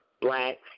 Black